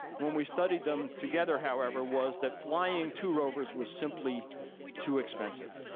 when we studied them together, however was that flying two rovers was simply too expensive.